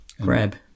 grab